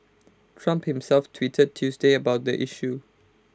Trump himself tweeted Tuesday about the issue